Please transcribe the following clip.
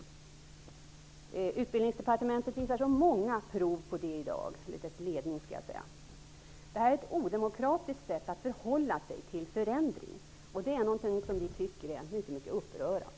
Ledningen för Utbildningsdepartementet visar i dag många prov på att det är så. Det här är ett odemokratiskt sätt att förhålla sig till förändring, och det är något som vi tycker är mycket mycket upprörande.